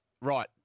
Right